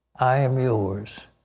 i am yours.